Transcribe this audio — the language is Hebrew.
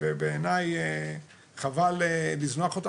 ובעיניי חבל לזנוח אותו.